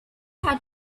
had